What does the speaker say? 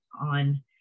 on